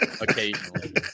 Occasionally